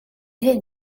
hyn